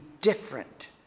different